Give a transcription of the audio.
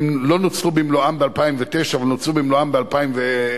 הם לא נוצלו במלואם ב-2009, ונוצלו במלואם ב-2010,